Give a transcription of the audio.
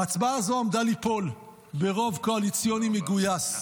ההצבעה הזו עמדה ליפול ברוב קואליציוני מגויס,